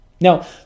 Now